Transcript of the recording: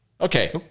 Okay